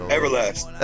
Everlast